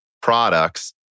products